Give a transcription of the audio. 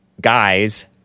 guys